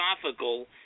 philosophical